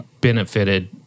benefited